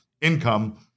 income